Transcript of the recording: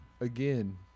again